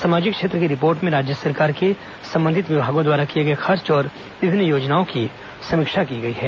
सामाजिक क्षेत्र की रिपोर्ट में राज्य सरकार के संबंधित विभागों द्वारा किए गए खर्च और विभिन्न योजनाओं की समीक्षा की गई है